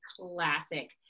Classic